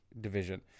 division